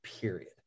period